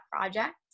project